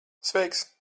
sveiks